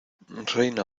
reina